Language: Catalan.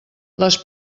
les